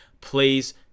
Please